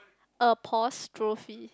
apostrophe